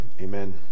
amen